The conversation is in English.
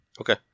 okay